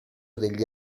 degli